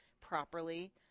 properly